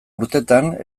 urtetan